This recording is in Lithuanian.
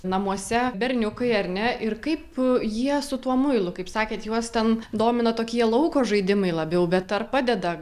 namuose berniukai ar ne ir kaip jie su tuo muilu kaip sakėt juos ten domina tokie lauko žaidimai labiau bet ar padeda